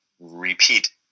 repeat